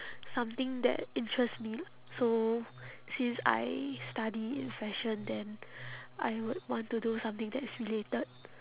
something that interests me so since I study in fashion then I would want to do something that is related